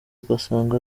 ugasanga